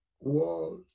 world